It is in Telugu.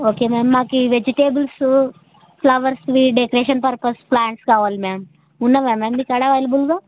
ఓకే మ్యామ్ మాకు ఈ vegetables flowers decoration purpose plants కావాలి మ్యామ్ ఉన్నాయా మ్యామ్ మీకాడ అవైలబుల్గా